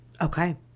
okay